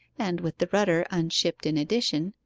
and with the rudder unshipped in addition,